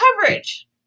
coverage